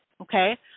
okay